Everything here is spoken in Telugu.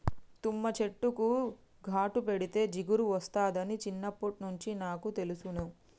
తుమ్మ చెట్టుకు ఘాటు పెడితే జిగురు ఒస్తాదని చిన్నప్పట్నుంచే నాకు తెలుసును